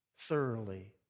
thoroughly